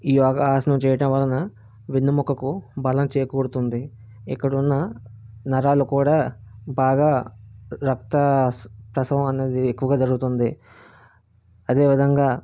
ఈ యోగా ఆసనం చేయడం వలన వెన్నుముకకు బలం చేకూరుతుంది ఇక్కడున్న నరాలు కూడా బాగా రక్త ప్రసవం అనేది ఎక్కువగా జరుగుతుంది అదేవిధంగా